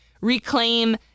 reclaim